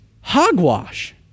Hogwash